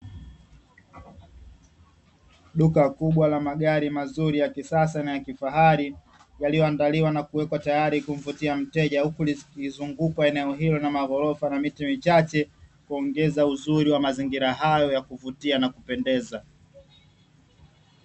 Duka kubwa la magari mazuri, ya kisasa na ya kifahari, yaliyo andaliwa na kuekwa tayari kumvutia mteja, huku likizungukwa na magorofa na miti michache, kuongeza uzuri wa mazingira hayo ya kuvutia na kupendeza.